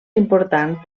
important